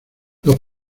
los